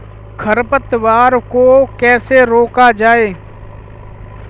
खरपतवार को कैसे रोका जाए?